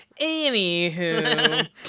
Anywho